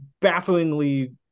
bafflingly